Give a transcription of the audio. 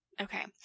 okay